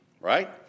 Right